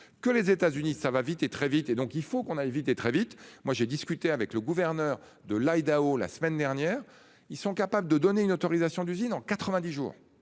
que les États-Unis, ça va vite et très vite et donc il faut qu'on aille vite et très vite. Moi j'ai discuté avec le gouverneur de l'Idaho. La semaine dernière ils sont capables de donner une autorisation d'usine en 90 jours